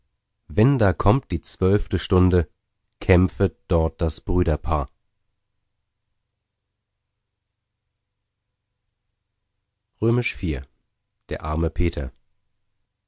wenn da kommt die zwölfte stunde kämpfet dort das brüderpaar iv der arme peter